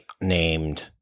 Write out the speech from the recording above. named